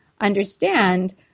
understand